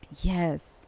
yes